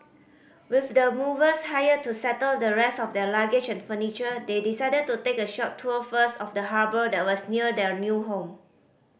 with the movers hired to settle the rest of their luggage and furniture they decided to take a short tour first of the harbour that was near their new home